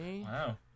Wow